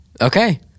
Okay